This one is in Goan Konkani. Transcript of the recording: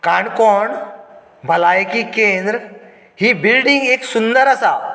काणकोण भलायकी केंद्र ही बिल्डिंग एक सुंदर आसा